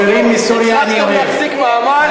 שירים מסוריה אני אוהב.